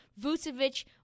Vucevic